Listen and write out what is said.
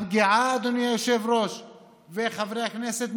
אדוני היושב-ראש וחברי הכנסת,